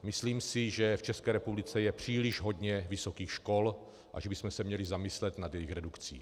Myslím si, že v České republice je příliš hodně vysokých škol a že bychom se měli zamyslet nad jejich redukcí.